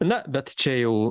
na bet čia jau